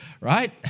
right